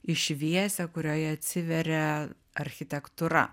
į šviesią kurioje atsiveria architektūra